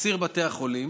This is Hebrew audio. בציר בתי החולים